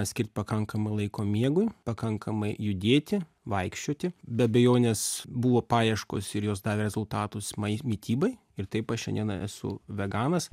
skirti pakankamai laiko miegui pakankamai judėti vaikščioti be abejonės buvo paieškos ir jos davė rezultatus mai mitybai ir taip aš šiandiena esu veganas